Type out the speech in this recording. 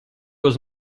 was